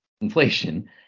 inflation